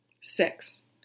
Six